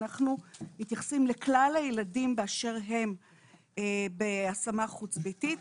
אנחנו מתייחסים לכלל הילדים באשר הם בהשמה חוץ ביתית.